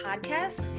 podcast